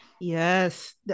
Yes